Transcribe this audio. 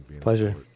pleasure